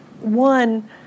One